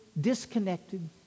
disconnected